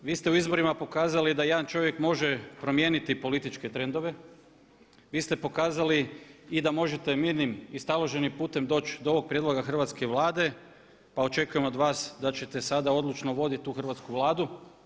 Vi ste u izborima pokazali da jedan čovjek može promijeniti političke trendove, vi ste pokazali i da možete mirnim i staloženim putem doći do ovog prijedloga Hrvatske vlade pa očekujem od vas da ćete sada odlučno voditi tu Hrvatsku vladu.